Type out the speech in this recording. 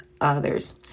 others